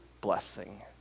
blessing